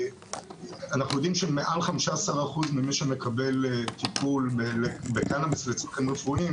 אנחנו יודעים שמעל 15% ממי שמקבל טיפול בקנביס לצרכים רפואיים